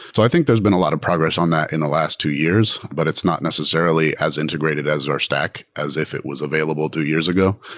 so i think there's been a lot of progress on that in the last two years, but it's not necessarily as integrated as our stack as if it was available two years ago.